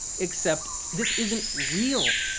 except, this isn't real.